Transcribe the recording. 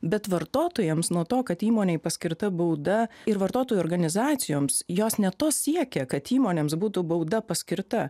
bet vartotojams nuo to kad įmonei paskirta bauda ir vartotojų organizacijoms jos ne to siekia kad įmonėms būtų bauda paskirta